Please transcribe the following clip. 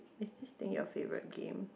is this thing your favourite game